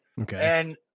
Okay